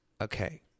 Okay